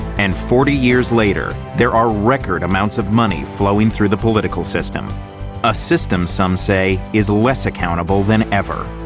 and forty years later, there are record amounts of money flowing through the political system a system some say is less accountable than ever.